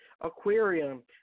aquarium